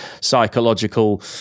psychological